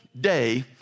day